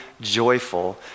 joyful